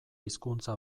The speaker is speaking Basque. hizkuntza